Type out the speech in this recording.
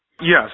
Yes